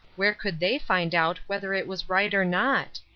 where could they find out whether it was right or not?